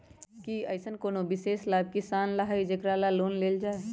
कि अईसन कोनो विशेष लाभ किसान ला हई जेकरा ला लोन लेल जाए?